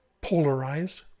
polarized